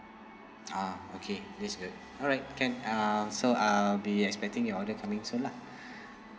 ah okay that's good alright can uh so I'll be expecting your order coming soon lah